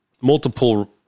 multiple